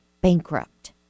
bankrupt